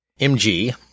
MG